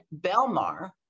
Belmar